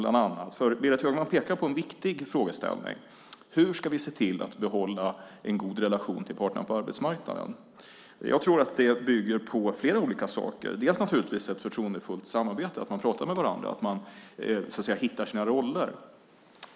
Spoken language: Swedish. Berit Högman pekar på en viktig frågeställning. Hur ska vi se till att behålla en god relation till parterna på arbetsmarknaden? Jag tror att det bygger på flera olika saker, delvis naturligtvis på ett förtroendefullt samarbete, att man pratar med varandra, att man hittar sina roller.